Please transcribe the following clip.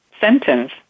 sentence